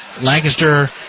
Lancaster